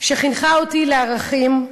שחינכה אותי לערכים,